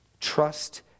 Trust